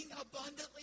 abundantly